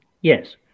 Yes